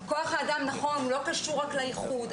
כוח האדם לא קשור רק לאיחוד,